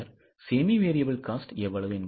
பின்னர் semi variable cost எவ்வளவு